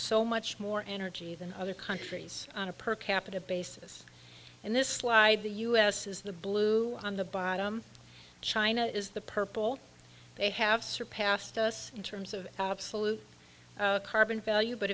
so much more energy than other countries on a per capita basis and this slide the us is the blue on the bottom china is the purple they have surpassed us in terms of absolute carbon value but